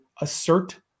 assert